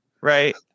right